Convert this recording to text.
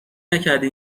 نکردی